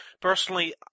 personally